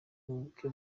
bukwe